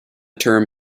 term